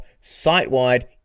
site-wide